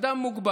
מתגלה הבלוף